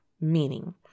Meaning